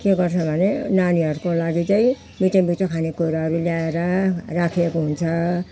के गर्छ भने नानीहरूको लागि चाहिँ मिठो मिठो खानेकुरोहरू ल्याएर राखिएको हुन्छ